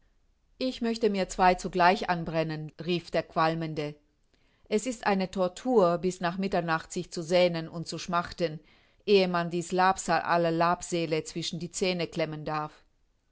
ich möchte mir zwei zugleich anbrennen rief der qualmende es ist eine tortur bis nach mitternacht sich zu sehnen und zu schmachten ehe man dieß labsal aller labsäle zwischen die zähne klemmen darf